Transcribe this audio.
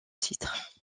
titre